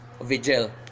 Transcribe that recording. vigil